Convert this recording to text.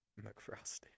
McFrosty